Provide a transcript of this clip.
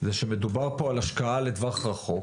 שמדובר פה על השקעה לטווח רחוק.